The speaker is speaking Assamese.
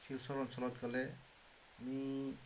শিলচৰ অঞ্চলত গ'লে আমি